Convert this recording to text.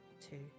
two